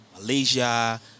Malaysia